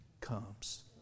comes